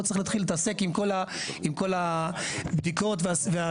לא צריך להתחיל להתעסק עם כל הבדיקות וזה.